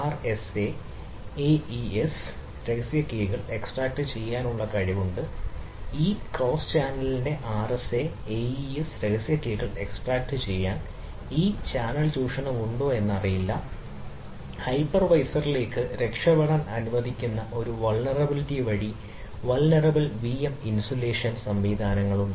RSA AES രഹസ്യ കീകൾ വഴി വൾനറബിൽ വിഎം ഇൻസുലേഷൻ സംവിധാനങ്ങളുണ്ട്